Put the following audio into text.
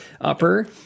upper